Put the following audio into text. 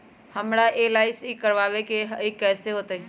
हमरा एल.आई.सी करवावे के हई कैसे होतई?